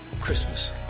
Christmas